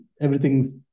everything's